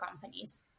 companies